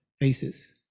faces